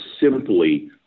simply